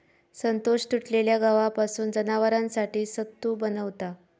संतोष तुटलेल्या गव्हापासून जनावरांसाठी सत्तू बनवता